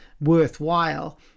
worthwhile